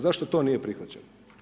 Zašto to nije prihvaćeno?